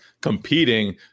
competing